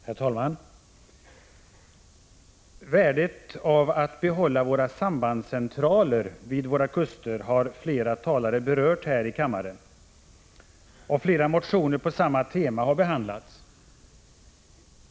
Herr talman! Värdet av att behålla våra sambandscentraler vid våra kuster har flera talare berört här i kammaren, och flera motioner på samma tema har behandlats.